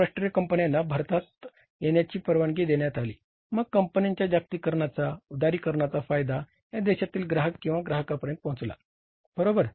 बहुराष्ट्रीय कंपन्यांना भारतात येण्याची परवानगी देण्यात आली मग कंपनींच्या जागतिकीकरणाचा उदारीकरणाचा फायदा या देशातील ग्राहक किंवा ग्राहकांपर्यंत पोहचला बरोबर